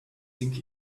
think